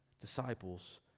disciples